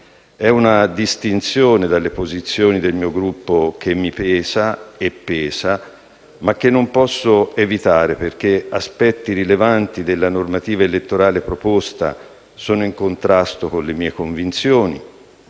È una distinzione dalle posizioni del mio Gruppo che mi pesa e pesa, ma che non posso evitare, perché aspetti rilevanti della normativa elettorale proposta sono in contrasto con le mie convinzioni;